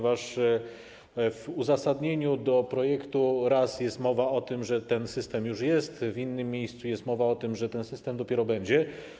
W uzasadnieniu projektu raz jest mowa o tym, że ten system już jest, w innym miejscu jest mowa o tym, że ten system dopiero będzie.